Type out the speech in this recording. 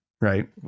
right